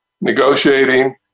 negotiating